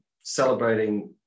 celebrating